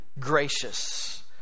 gracious